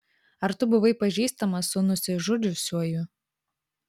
ar tu buvai pažįstamas su nusižudžiusiuoju